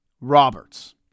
Roberts